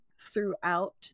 throughout